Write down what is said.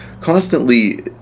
constantly